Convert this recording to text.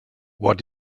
what